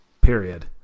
period